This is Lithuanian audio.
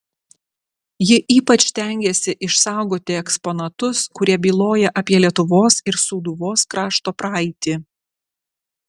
ji ypač stengėsi išsaugoti eksponatus kurie byloja apie lietuvos ir sūduvos krašto praeitį